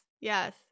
Yes